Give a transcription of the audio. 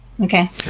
Okay